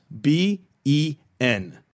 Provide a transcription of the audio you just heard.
b-e-n